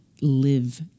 live